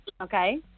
Okay